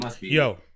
Yo